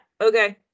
okay